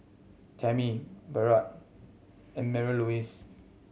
Tammy Barrett and Marylouise